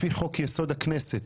לפי חוק יסוד: הכנסת,